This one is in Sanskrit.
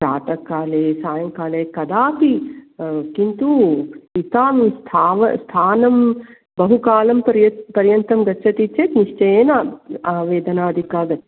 प्रातःकाले सायङ्काले कदापि किन्तु इतां स्थाव स्थानं बहुकालं पर्य पर्यन्तं गच्छति चेत् निश्चयेन वेदना अधिकागच्